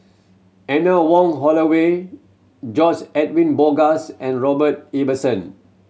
Anne Wong Holloway George Edwin Bogaars and Robert Ibbetson